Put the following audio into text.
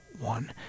one